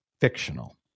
fictional